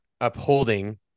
upholding